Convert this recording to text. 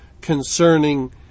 concerning